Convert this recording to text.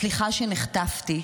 סליחה שנחטפתי,